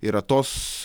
yra tos